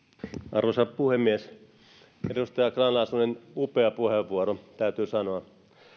arvoisa puhemies edustaja grahn laasonen upea puheenvuoro täytyy sanoa